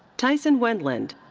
tyson wendland.